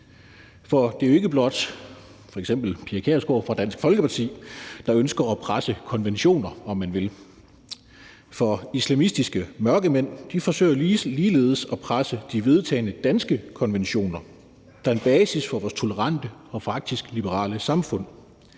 For det er jo ikke blot f.eks. Pia Kjærsgaard fra Dansk Folkeparti, der ønsker at presse konventioner, om man vil, for islamistiske mørkemænd forsøger ligeledes at presse de vedtagne danske konventioner, der er en basis for vores tolerante og faktisk liberale samfund.